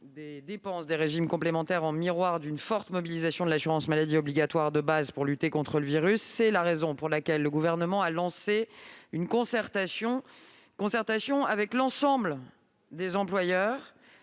des dépenses des régimes complémentaires, en écho à la forte mobilisation de l'assurance maladie obligatoire de base pour lutter contre le virus. C'est la raison pour laquelle le Gouvernement a lancé une concertation avec l'ensemble des employeurs